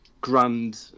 grand